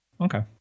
Okay